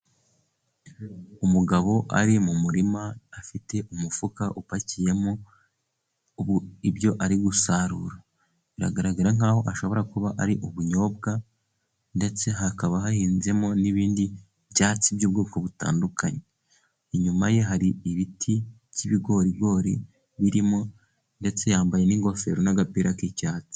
Umugabo ari mu murima, afite umufuka upakiyemo ibyo ari gusarura, biragaragara nkaho ashobora kuba ari ubunyobwa, ndetse hakaba hahinzemo n'ibindi byatsi by'ubwoko butandukanye, inyuma ye hari ibiti by'ibigorigori birimo, ndetse yambaye n'ingofero n'agapira k'icyatsi.